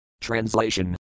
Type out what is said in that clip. Translation